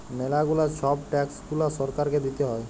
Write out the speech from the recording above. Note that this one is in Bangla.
ম্যালা গুলা ছব ট্যাক্স গুলা সরকারকে দিতে হ্যয়